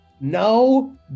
no